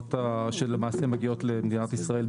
החברות שלמעשה מגיעות למדינת ישראל,